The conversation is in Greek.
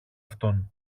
αυτόν